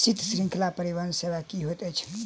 शीत श्रृंखला परिवहन सेवा की होइत अछि?